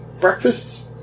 breakfast